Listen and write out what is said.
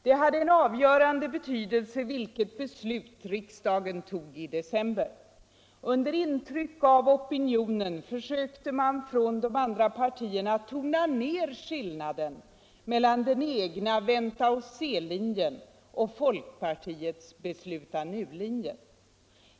Det hade en avgörande betydelse vilket beslut riksdagen tog i december. Under intryck av opinionen försökte man från de andra partierna tona ner skillnaden mellan den egna ”vänta-och-se-linjen” och folkpartiets ”besluta-nu-linjen”.